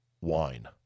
wine